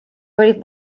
olid